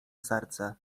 serce